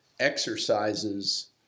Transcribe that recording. exercises